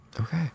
okay